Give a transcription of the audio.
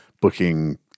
booking